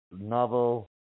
novel